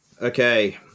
Okay